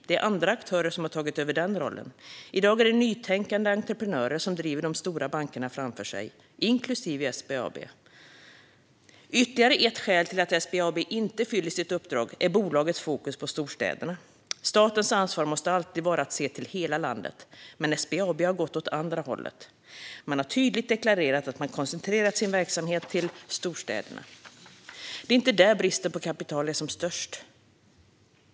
Det är andra aktörer som har tagit över den rollen. I dag är det nytänkande entreprenörer som driver de stora bankerna framför sig, inklusive SBAB. Ytterligare ett skäl till att SBAB inte fyller sitt uppdrag är bolagets fokus på storstäderna. Statens ansvar måste alltid vara att se till hela landet, men SBAB har gått åt det andra hållet. Man har tydligt deklarerat att man koncentrerar sin verksamhet till storstäderna. Det är inte där bristen på kapital är som störst.